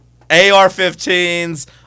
AR-15s